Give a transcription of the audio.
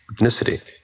ethnicity